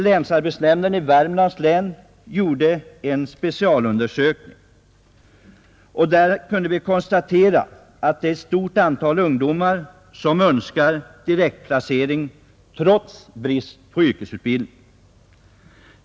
Länsarbetsnämnden i Värmlands län gjorde en specialundersökning som visade att ett stort antal önskar direktplacering trots brist på yrkesutbildning.